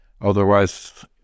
otherwise